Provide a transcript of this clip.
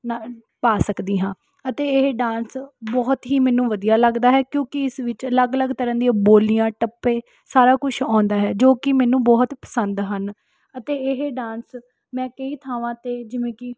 ਨਾ ਪਾ ਸਕਦੀ ਹਾਂ ਅਤੇ ਇਹ ਡਾਂਸ ਬਹੁਤ ਹੀ ਮੈਨੂੰ ਵਧੀਆ ਲੱਗਦਾ ਹੈ ਕਿਉਂਕਿ ਇਸ ਵਿੱਚ ਅਲੱਗ ਅਲੱਗ ਤਰ੍ਹਾਂ ਦੀਆਂ ਬੋਲੀਆਂ ਟੱਪੇ ਸਾਰਾ ਕੁਛ ਆਉਂਦਾ ਹੈ ਜੋ ਕਿ ਮੈਨੂੰ ਬਹੁਤ ਪਸੰਦ ਹਨ ਅਤੇ ਇਹ ਡਾਂਸ ਮੈਂ ਕਈ ਥਾਵਾਂ 'ਤੇ ਜਿਵੇਂ ਕਿ